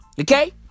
okay